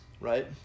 Right